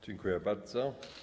Dziękuję bardzo.